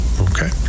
okay